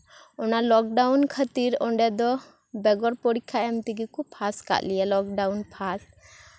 ᱚᱱᱟ ᱞᱚᱠᱰᱟᱣᱩᱱ ᱠᱷᱟᱹᱛᱤᱨ ᱚᱸᱰᱮ ᱫᱚ ᱵᱮᱜᱚᱨ ᱯᱚᱨᱤᱠᱠᱷᱟ ᱮᱢ ᱛᱮᱜᱮᱠᱚ ᱯᱟᱥ ᱠᱟᱫ ᱞᱮᱭᱟ ᱞᱚᱠᱰᱟᱣᱩᱱ ᱯᱟᱥ